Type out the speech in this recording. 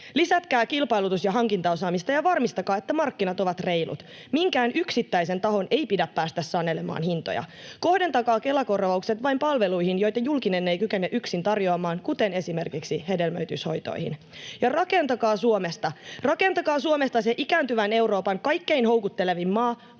Lisätkää kilpailutus- ja hankintaosaamista ja varmistakaa, että markkinat ovat reilut. Minkään yksittäisen tahon ei pidä päästä sanelemaan hintoja. Kohdentakaa Kela-korvaukset vain niihin palveluihin, joita julkinen ei kykene yksin tarjoamaan, kuten esimerkiksi hedelmöityshoitoihin. Ja rakentakaa Suomesta, rakentakaa Suomesta se ikääntyvän Euroopan kaikkein houkuttelevin maa